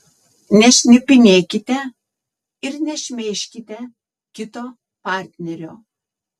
nešnipinėkite ir nešmeižkite kito partnerio